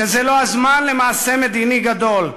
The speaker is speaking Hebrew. שזה לא הזמן למעשה מדיני גדול,